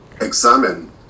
examine